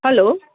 hello